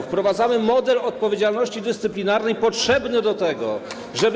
wprowadzamy model odpowiedzialności dyscyplinarnej potrzebny do tego, żeby